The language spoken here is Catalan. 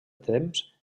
temps